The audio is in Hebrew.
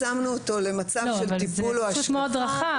זה בסיס מאוד רחב.